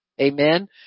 Amen